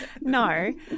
no